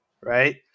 right